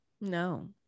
No